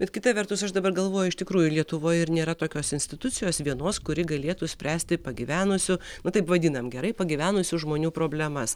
bet kita vertus aš dabar galvoju iš tikrųjų lietuvoj ir nėra tokios institucijos vienos kuri galėtų spręsti pagyvenusių nu taip vadinam gerai pagyvenusių žmonių problemas